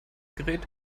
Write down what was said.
gerät